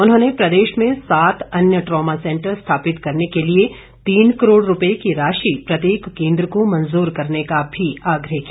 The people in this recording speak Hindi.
उन्होंने प्रदेश में सात अन्य ट्रामा सेंटर स्थापित करने के लिए तीन करोड़ रुपये की राशि प्रत्येक केंद्र को मंजूर करने का भी आग्रह किया